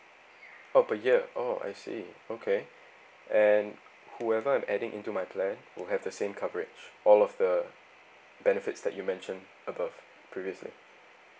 oh per year oh I see okay and whoever I'm adding into my plan will have the same coverage all of the benefits that you mentioned above previously